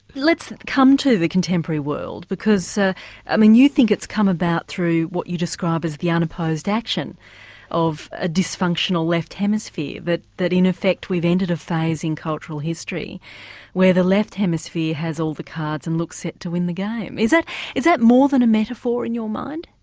let's come to the contemporary world, because ah i mean you think it's come about through what you describe as the unopposed action of a dysfunctional left hemisphere, that that in effect we've entered a phase in cultural history where the left hemisphere has all the cards and looks set to win the game. is that more than a metaphor in your mind?